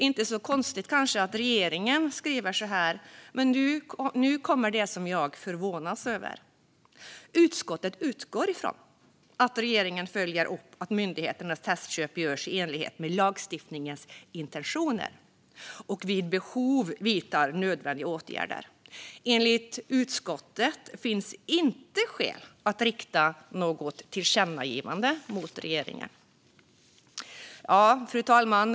Det är kanske inte så konstigt att regeringen skriver så här, men nu kommer det som jag förvånas över: Utskottet utgår från att regeringen följer upp att myndigheternas testköp görs i enlighet med lagstiftningens intentioner och vid behov vidtar nödvändiga åtgärder. Enligt utskottet finns inte skäl att rikta något tillkännagivande till regeringen. Fru talman!